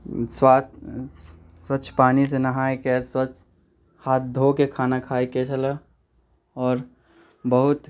स्वास्थ्य स्वच्छ पानि से नहायके स्वच्छ हाथ धोके खाना खायके छलऽ आओर बहुत